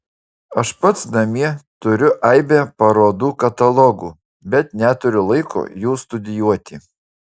aš pats namie turiu aibę parodų katalogų bet neturiu laiko jų studijuoti